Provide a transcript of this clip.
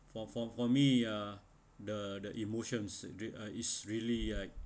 for for for me uh the the emotions dre~ uh is really uh